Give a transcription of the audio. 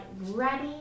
ready